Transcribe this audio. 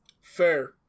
Fair